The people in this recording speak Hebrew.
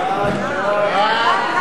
ההצעה להסיר מסדר-היום את הצעת חוק לתיקון